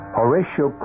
Horatio